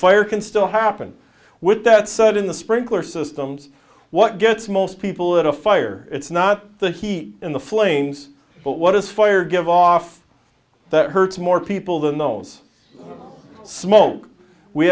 fire can still happen with that set in the sprinkler systems what gets most people in a fire it's not the heat in the flames but what is fire give off that hurts more people than those smoke we